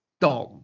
Dom